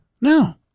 No